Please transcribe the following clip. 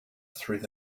through